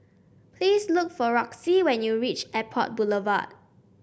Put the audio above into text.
please look for Roxie when you reach Airport Boulevard